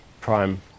prime